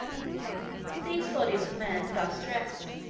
these bodies of men, thus dressed,